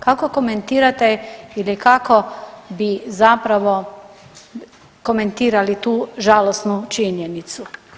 Kako komentirate ili kako bi zapravo komentirali tu žalosnu činjenicu?